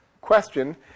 question